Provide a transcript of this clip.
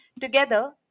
Together